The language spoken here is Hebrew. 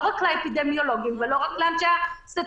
ולא רק לאפידמיולוגים ולא רק לאנשי הסטטיסטיקה.